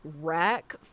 rack